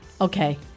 Okay